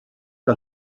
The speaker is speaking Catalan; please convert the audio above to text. que